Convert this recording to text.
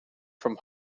from